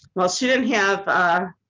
well she didn't have ah